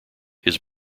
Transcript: his